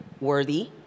worthy